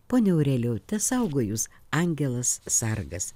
pone aurelijau tesaugo jus angelas sargas